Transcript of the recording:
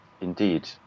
Indeed